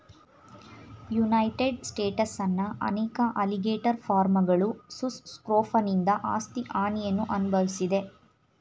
United ಸ್ಟೇಟ್ಸ್ನ ಅನೇಕ alligator ಫಾರ್ಮ್ಗಳು ಸುಸ್ ಸ್ಕ್ರೋಫನಿಂದ ಆಸ್ತಿ ಹಾನಿಯನ್ನು ಅನ್ಭವ್ಸಿದೆ